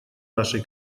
нашей